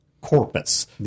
corpus